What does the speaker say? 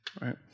right